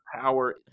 power